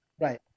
right